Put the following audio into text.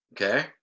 Okay